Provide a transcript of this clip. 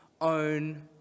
own